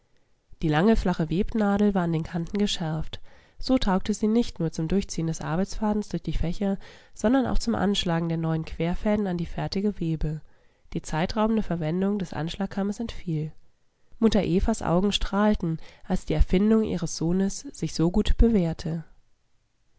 die lange flache webnadel war an den kanten geschärft so taugte sie nicht nur zum durchziehen des arbeitsfadens durch die fächer sondern auch zum anschlagen der neuen querfäden an die fertige webe die zeitraubende verwendung des anschlagkammes entfiel mutter evas augen strahlten als die erfindung ihres sohnes sich so gut bewährte